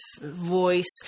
voice